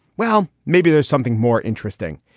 well, maybe there's something more interesting.